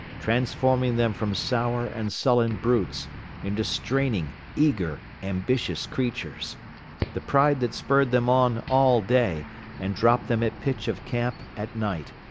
transforming them from sour and sullen brutes into straining, eager, ambitious creatures the pride that spurred them on all day and dropped them at pitch of camp at night,